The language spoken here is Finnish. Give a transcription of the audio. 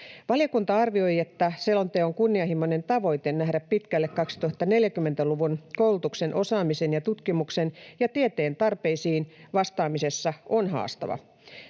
Valiokunta arvioi, että selonteon kunnianhimoinen tavoite nähdä pitkälle 2040‑luvun koulutuksen, osaamisen ja tutkimuksen ja tieteen tarpeisiin vastaamisessa on haastava.